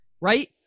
right